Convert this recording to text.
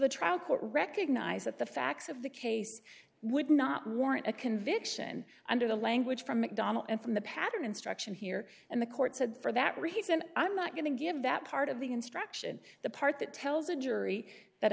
the trial court recognized that the facts of the case would not warrant a conviction under the language from mcdonnell and from the pattern instruction here and the court said for that reason i'm not going to give that part of the instruction the part that tells a jury that